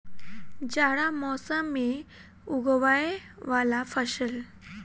जाड़ा मौसम मे उगवय वला फसल?